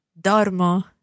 Dormo